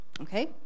Okay